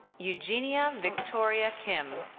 eugenia victoria kim.